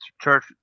Church